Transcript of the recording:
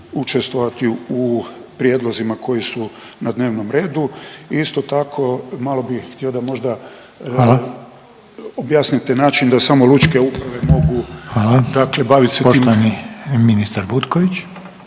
učestvovati u prijedlozima koji su na dnevnom redu. Isto tako malo bih htio da možda…/Upadica Reiner: Hvala/…objasnim taj način da samo lučke uprave mogu …/Upadica